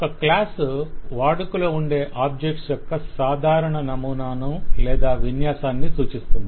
ఒక క్లాస్ వాడుకలో ఉండే ఆబ్జెక్ట్స్ యొక్క సాధారణ నమూనాను లేదా విన్యాసాన్ని సూచిస్తుంది